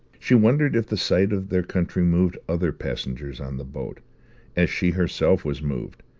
she wondered if the sight of their country moved other passengers on the boat as she herself was moved,